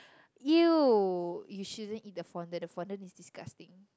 you you shouldn't eat the fondant the fondant is disgusting